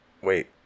wait